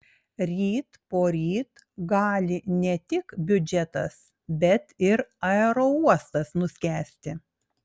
ryt poryt gali ne tik biudžetas bet ir aerouostas nuskęsti